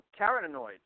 carotenoids